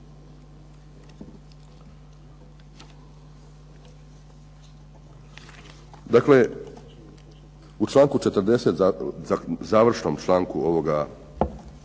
Dakle u članku 40. završnom članku